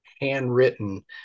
handwritten